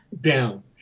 down